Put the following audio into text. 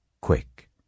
Quick